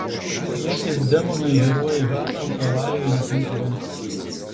pjesės demonai herojė hana autoavarijoje netenka vaiko